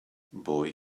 boy